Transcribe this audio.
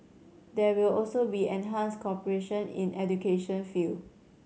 there will also be enhanced cooperation in education field